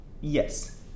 yes